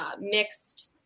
mixed